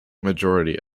majority